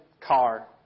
car